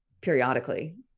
periodically